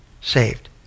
saved